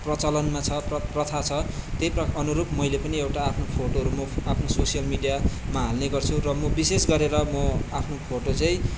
प्रचलनमा छ प्रथा छ त्यही अनुरूप मैले पनि एउटा आफ्नो फोटोहरू आफ्नो सोसियल मिडियामा हाल्ने गर्छु र म विशेष गरेर म आफ्नो फोटो चाहिँ